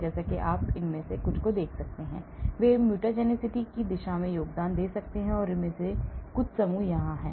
जैसा कि आप इनमें से कुछ देख सकते हैं वे mutagenicity की दिशा में योगदान दे सकते हैं इनमें से कुछ समूह यहां हैं